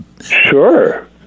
Sure